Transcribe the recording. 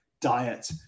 diet